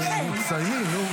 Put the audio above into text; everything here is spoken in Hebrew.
תסיימי, נו.